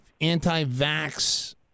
anti-vax